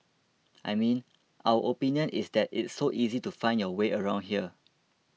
I mean our opinion is that it's so easy to find your way around here